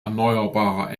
erneuerbarer